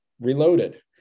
reloaded